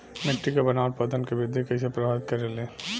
मिट्टी के बनावट पौधन के वृद्धि के कइसे प्रभावित करे ले?